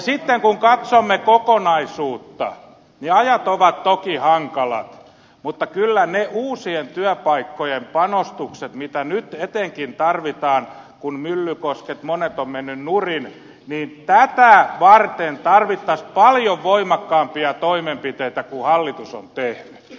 sitten kun katsomme kokonaisuutta niin ajat ovat toki hankalat mutta kyllä ne uusien työpaikkojen panostukset mitä nyt etenkin tarvitaan kun myllykosket monet ovat menneet nurin niitä varten tarvittaisiin paljon voimakkaampia toimenpiteitä kuin hallitus on tehnyt